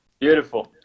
Beautiful